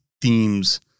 themes